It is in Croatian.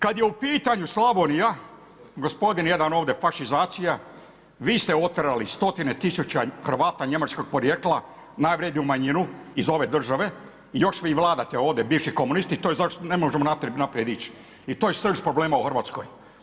Kad je u pitanju Slavonija, gospodin jedan ovdje fašizacija vi ste otjerali 100 tisuća Hrvata njemačkog porijekla najvredniju manjinu iz ove države i još vi vladate ovdje bivši komunisti i to je ne možemo naprijed ić i to srž problema u Hrvatskoj.